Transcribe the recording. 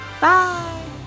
Bye